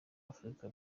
afurika